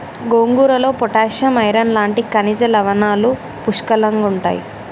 గోంగూరలో potassium, iron లాంటి ఖనిజ లవణాలు పుష్కలంగుంటాయి